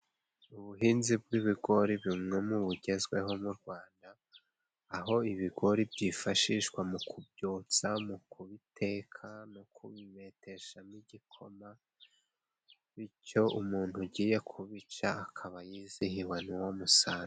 Ubuhinzi bw'ibigori bimwe mu bugezweho mu Rwanda, aho ibigori byifashishwa mu kubyotsa, mu kubiteka, no kubibeteshamo igikoma bityo umuntu ugiye kubica akaba yizihiwe n'uwo musaruro.